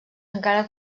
encara